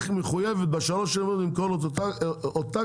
היא מחויבת בשלוש שנים למכור לו את אותה